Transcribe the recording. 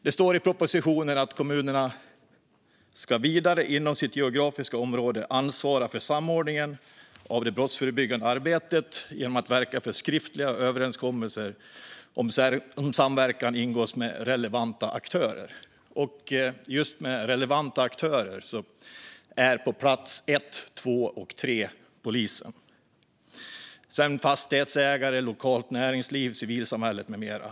Det står i propositionen att kommunerna inom sitt geografiska område ska ansvara för samordningen av det brottsförebyggande arbetet genom att verka för att skriftliga överenskommelser om samverkan ingås med relevanta aktörer, och när det gäller relevanta aktörer är polisen på plats ett, två och tre. Därefter kommer fastighetsägare, lokalt näringsliv, civilsamhälle med mera.